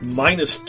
minus